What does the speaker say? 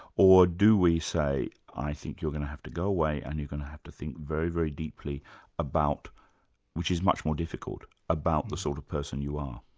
or do we say, i think you're going to have to go away and you're going to have to think very, very deeply about which is much more difficult about the sort of person you are'.